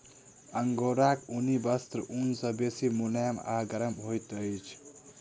अंगोराक ऊनी वस्त्र ऊन सॅ बेसी मुलैम आ गरम होइत अछि